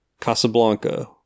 Casablanca